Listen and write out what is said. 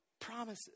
promises